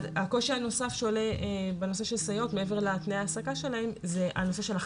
עולה קושי נוסף בנושא הסייעות והוא נושא ההחלפה.